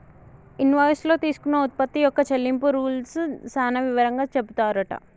invoice లో తీసుకున్న ఉత్పత్తి యొక్క చెల్లింపు రూల్స్ సాన వివరంగా చెపుతారట